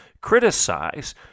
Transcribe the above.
criticize